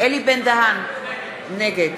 אלי בן-דהן, נגד